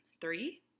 three